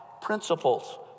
principles